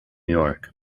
york